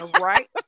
Right